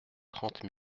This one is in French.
trente